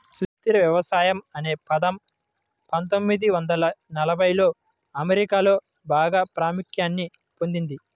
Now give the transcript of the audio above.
సుస్థిర వ్యవసాయం అనే పదం పందొమ్మిది వందల ఎనభైలలో అమెరికాలో బాగా ప్రాముఖ్యాన్ని పొందింది